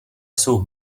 jsou